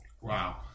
wow